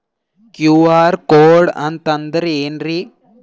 QR code ಅಂತಂದ್ರ ಏನ್ರೀ?